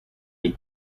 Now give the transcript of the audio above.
les